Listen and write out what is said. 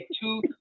two